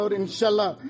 inshallah